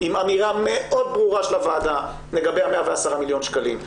עם אמירה מאוד ברורה של הוועדה לגבי ה-110 מיליון שקלים,